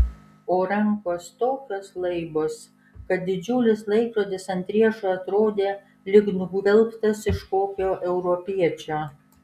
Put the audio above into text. o rankos tokios laibos kad didžiulis laikrodis ant riešo atrodė lyg nugvelbtas iš kokio europiečio